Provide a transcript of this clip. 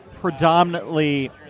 predominantly